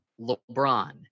LeBron